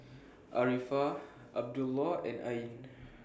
Arifa Abdullah and Ain